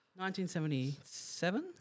1977